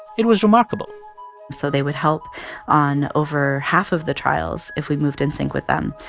it was remarkable so they would help on over half of the trials if we moved in sync with them,